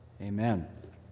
Amen